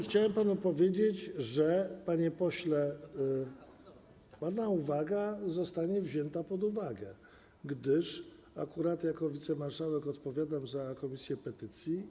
Chciałem panu powiedzieć, panie pośle, że pana sugestia zostanie wzięta pod uwagę, gdyż akurat jako wicemarszałek odpowiadam za Komisję do Spraw Petycji.